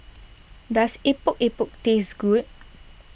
does Epok Epok taste good